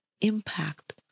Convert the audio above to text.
impact